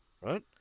Right